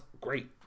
great